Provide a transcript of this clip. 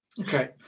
Okay